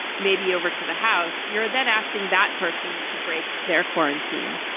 maybe over to the house, you're then asking that person to break their quarantine.